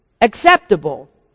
acceptable